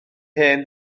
hen